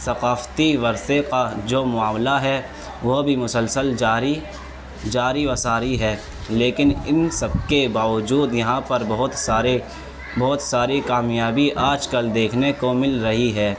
ثقافتی ورثے کا جو معاملہ ہے وہ بھی مسلسل جاری جاری و ساری ہے لیکن ان سب کے باوجود یہاں پر بہت سارے بہت ساری کامیابی آج کل دیکھنے کو مل رہی ہے